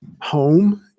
home